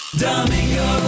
Domingo